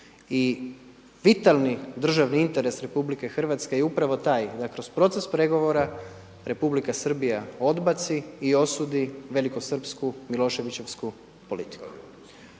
I vitalni državni interes RH je upravo taj da kroz proces pregovora Republika Srbija odbaci i osudi velikosrpsku miloševićevsku politiku.